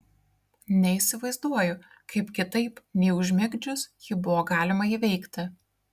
neįsivaizduoju kaip kitaip nei užmigdžius jį buvo galima įveikti